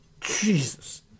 Jesus